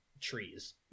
trees